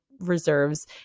reserves